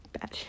Bad